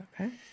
Okay